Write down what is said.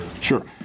Sure